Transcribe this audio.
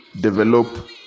develop